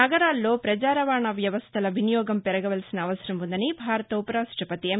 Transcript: నగరాల్లో ప్రజా రవాణా వ్యవస్ల వినియోగం పెరగవలసిన అవసరం ఉందని భారత ఉప రాష్టపతి ఎం